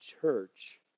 church